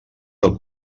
del